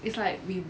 it's like we